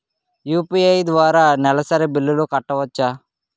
UPI ద్వారా నెలసరి బిల్లులు కట్టవచ్చా?